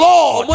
Lord